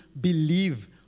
believe